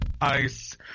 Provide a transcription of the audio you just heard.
Ice